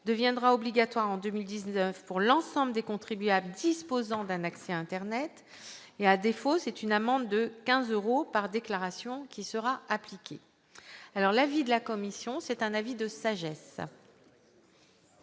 deviendra obligatoire en 2019 pour l'ensemble des contribuables disposant d'un accès à internet. À défaut, une amende de 15 euros par déclaration est appliquée. En conclusion, la commission émet un avis de sagesse